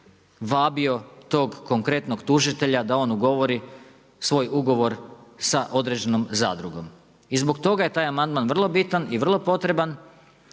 vabio tog konkretnog tužitelja da on ugovori svoj ugovor sa određenom zadrugom. I zbog toga je taj amandman vrlo bitan i vrlo potreban